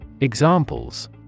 Examples